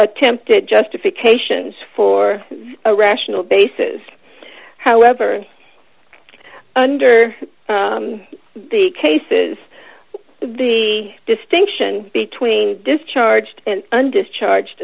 attempted justifications for a rational basis however under the cases the distinction between discharged and undischarged